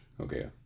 Okay